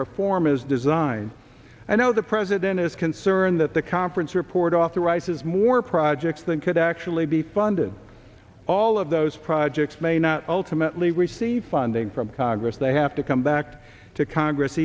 perform as designed and how the president is concerned that the conference report authorizes more projects that could actually be funded all of those projects may not ultimately receive funding from congress they have to come back to congress